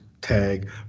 tag